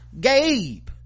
Gabe